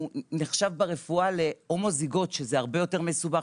שנחשב ברפואה להומוזיגוט, שזה הרבה יותר מסובך.